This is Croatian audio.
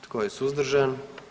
Tko je suzdržan?